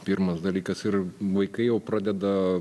pirmas dalykas ir vaikai jau pradeda